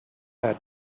had